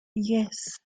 yes